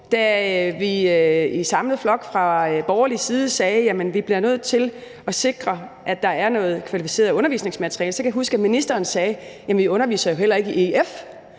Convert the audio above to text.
vi i samlet flok fra borgerlig side: Vi bliver nødt til at sikre, at der er noget kvalificeret undervisningsmateriale. Og så kan jeg huske, at ministeren sagde: Jamen vi underviser jo